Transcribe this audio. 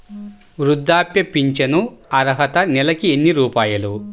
వృద్ధాప్య ఫింఛను అర్హత నెలకి ఎన్ని రూపాయలు?